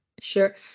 Sure